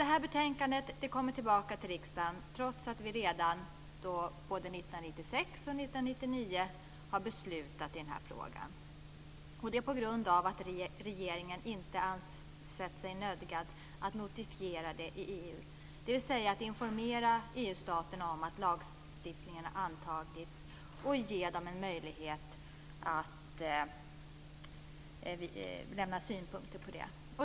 Det här betänkandet kommer tillbaka till riksdagen trots att vi redan 1996 och 1999 beslutade i frågan, och detta på grund av att regeringen inte ansett sig nödgad att notifiera detta i EU, dvs. att informera EU-staterna om att lagstiftningen har antagits och ge dem en möjlighet att lämna synpunkter på den.